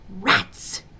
rats